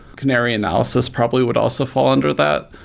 canary analysis probably would also fall under that.